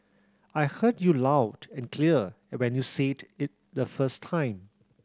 I heard you loud and clear when you said it the first time